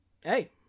hey